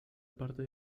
parte